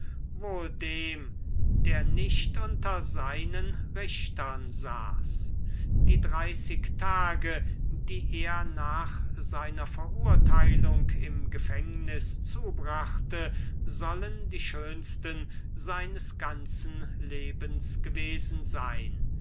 wohl dem der nicht unter seinen richtern saß die dreyßig tage die er nach seiner verurtheilung im gefängniß zubrachte sollen die schönsten seines ganzen lebens gewesen seyn